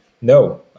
no